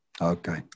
Okay